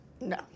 No